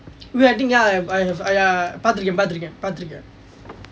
wait I think ya I have பார்த்துகிறேன் பார்த்துகிறேன் பார்த்துகிறேன்:paartthukiren paartthukiren paartthukiren